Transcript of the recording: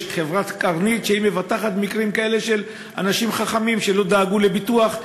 יש חברת "קרנית" שמבטחת מקרים כאלה של אנשים לא חכמים שלא דאגו לביטוח.